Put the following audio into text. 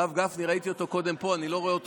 הרב גפני, ראיתי אותו קודם פה, אני לא רואה אותו